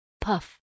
Puff